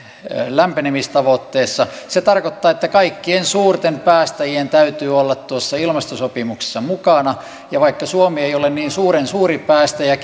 lämpenemistavoitteessa se tarkoittaa että kaikkien suurten päästäjien täytyy olla tuossa ilmastosopimuksessa mukana ja vaikka suomi ei ole niin suuren suuri päästäjä